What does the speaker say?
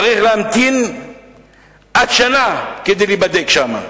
צריך להמתין עד שנה כדי להיבדק שם.